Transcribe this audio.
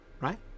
Right